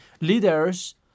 leaders